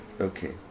Okay